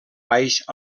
baix